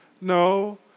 No